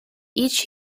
each